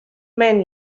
man